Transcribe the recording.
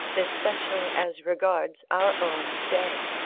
especially as regards our own day.